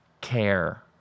care